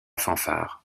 fanfare